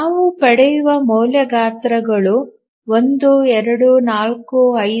ನಾವು ಪಡೆಯುವ ಫ್ರೇಮ್ ಗಾತ್ರಗಳು 1 2 4 5 10 ಮತ್ತು 20